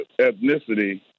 ethnicity